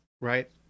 right